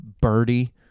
birdie